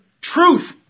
Truth